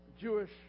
Jewish